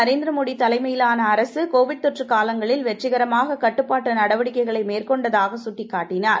நரேந்திர மோடி தமையிலான அரசு கோவிட் தொற்று காலங்களில் வெற்றிகரமாக கட்டுப்பாட்டு நடவடிக்கைகளை மேற்கொண்டதாக கட்டிக் காட்டினார்